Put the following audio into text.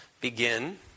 begin